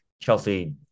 Chelsea